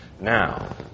Now